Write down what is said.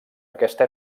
aquesta